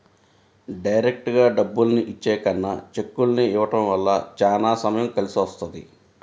డైరెక్టుగా డబ్బుల్ని ఇచ్చే కన్నా చెక్కుల్ని ఇవ్వడం వల్ల చానా సమయం కలిసొస్తది